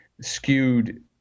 skewed